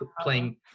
playing